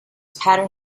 pattern